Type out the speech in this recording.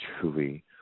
truly